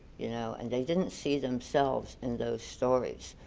you know, and they didn't see themselves in those stories,